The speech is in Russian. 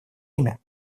имя